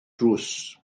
drws